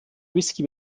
whisky